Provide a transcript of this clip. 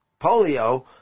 polio